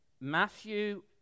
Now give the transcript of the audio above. Matthew